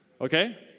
okay